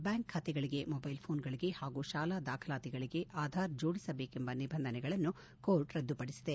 bank ಬಾತೆಗಳಿಗೆ mobile ಪೋನುಗಳಿಗೆ ಹಾಗೂ ತಾಲಾ ದಾಖಲಾತಿಗಳಿಗೆ ಆಧಾರ್ ಜೋಡಿಸಬೇಕೆಂಬ ನಿಬಂಧನೆಗಳನ್ನು ಕೋರ್ಟ್ ರದ್ಗುಪಡಿಸಿದೆ